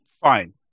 Fine